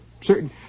certain